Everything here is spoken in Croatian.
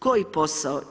Koji posao?